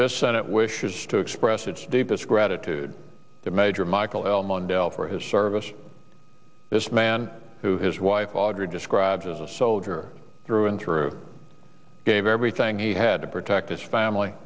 this senate wishes to express its deepest gratitude to major michael el mundo for his service this man who his wife audrey described as a soldier through and through gave everything he had to protect his family